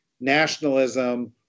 nationalism